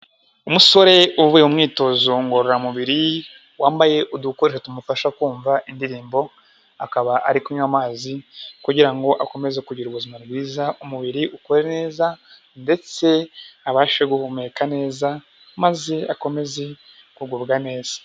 Umusore uvuye mu mwitozo ngororamubiri wambaye udukoresho tumufasha kumva indirimbo, akaba ari kunywa amazi kugira ngo akomeze kugira ubuzima bwiza, umubiri ukore neza ndetse abashe guhumeka neza, maze akomeze kugubwa neza.